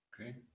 okay